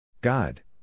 God